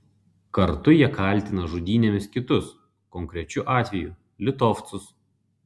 kartu jie kaltina žudynėmis kitus konkrečiu atveju litovcus